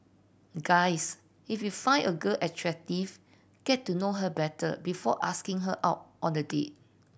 guys if you find a girl attractive get to know her better before asking her out on the date